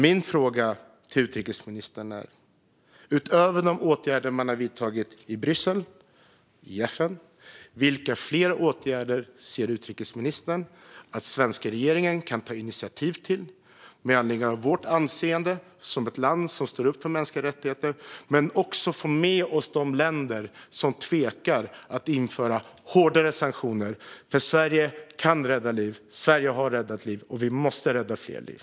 Min fråga till utrikesministern är: Utöver de åtgärder man har vidtagit i Bryssel och i FN, vilka fler åtgärder ser utrikesministern att svenska regeringen kan ta initiativ till mot bakgrund av vårt anseende som ett land som står upp för mänskliga rättigheter? Vi måste också få med oss de länder som tvekar inför att införa hårdare sanktioner. Sverige kan rädda liv. Sverige har räddat liv, och vi måste rädda fler liv.